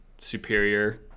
superior